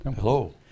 Hello